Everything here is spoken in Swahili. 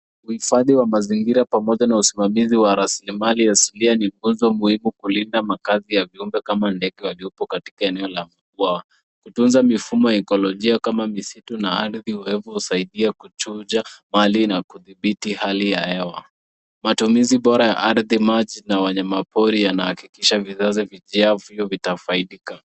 Uhifadhi wa mazingira pamoja na usimamizi wa rasilimali asilia ni funzo muhimu kulinda makazi ya viumbe kama ndege waliopo katika eneo la bwawa. Kutunza mifumo ya ekolojia kama misitu na ardhi uwevo husaidia kuchuja mali na kudhibiti hali ya hewa. Matumizi bora ya ardhi, maji na wanyamapori yanahakikisha vizazi vijavyo vitafaidika.